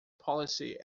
policy